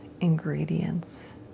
ingredients